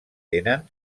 tenen